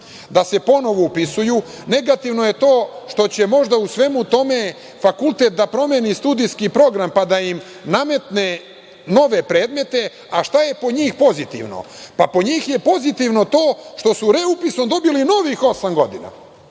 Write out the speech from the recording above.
da se ponovo upisiju. Negativno je to što će možda u svemu tome fakultet da promeni studijski program, pa da im nametne nove predmete, a šta je po njih pozitivno? Pa, po njih je pozitivno to što su reupisom dobili novih osam godina.